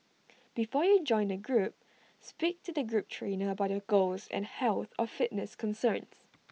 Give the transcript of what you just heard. before you join A group speak to the group trainer about your goals and health or fitness concerns